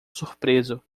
surpreso